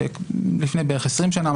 לפני בערך 20 שנה,